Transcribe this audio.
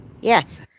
Yes